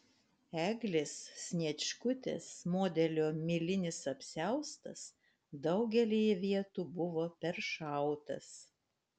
eglės sniečkutės modelio milinis apsiaustas daugelyje vietų buvo peršautas